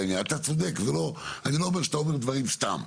אתה צדוק, אני לא אומר שאתה אומר דברים סתם.